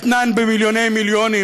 אתנן במיליוני-מיליונים,